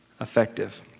effective